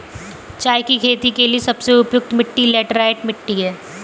चाय की खेती के लिए सबसे उपयुक्त मिट्टी लैटराइट मिट्टी है